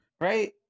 right